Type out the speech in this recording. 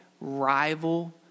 rival